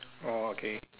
orh okay